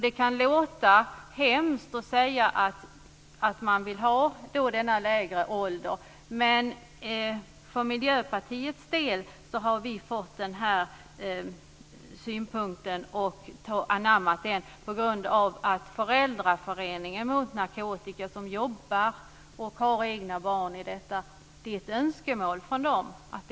Det kan låta hemskt att vi vill ha denna lägre åldersgräns, men Miljöpartiet har anammat denna synpunkt på grund av att det är ett önskemål från Föräldraföreningen Mot Narkotika, som jobbar med dessa frågor och har egna barn med sådana problem.